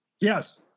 Yes